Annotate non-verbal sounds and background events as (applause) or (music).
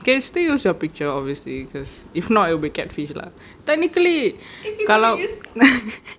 can still use your picture obviously because if not it will be catfish lah technically kalau (laughs)